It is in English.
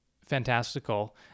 fantastical